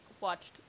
watched